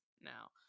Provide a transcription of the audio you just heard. now